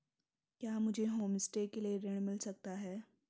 क्या मुझे होमस्टे के लिए ऋण मिल सकता है?